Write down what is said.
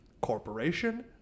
Corporation